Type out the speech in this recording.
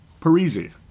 Parisi